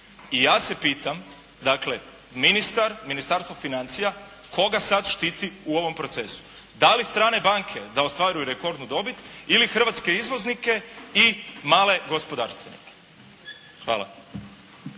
I ja se pitam dakle, ministar, Ministarstvo financija koga sad štiti u ovom procesu, da li strane banke da ostvaruju dobit ili hrvatske izvoznike i male gospodarstvenike? Hvala.